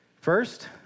First